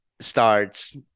starts